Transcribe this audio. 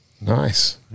Nice